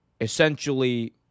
essentially